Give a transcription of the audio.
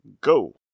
go